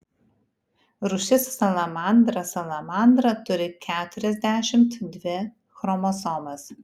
rūšis salamandra salamandra turi keturiasdešimt dvi chromosomas